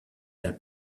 that